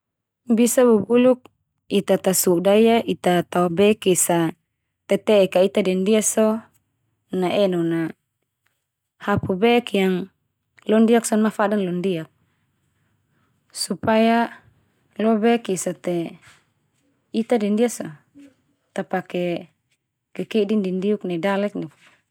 Bisa bubuluk ita tasoda ia ita tao bek esa tete'ek ka ita dendia so, na enon a, hapu bek yang londiak so na mafadan londiak. Supaya lobek esa te ita dendia so, ta pake kekedi ndindiuk nai dalek fa.